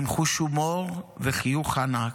עם חוש הומור וחיוך ענק,